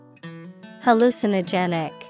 Hallucinogenic